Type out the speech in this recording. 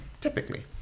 typically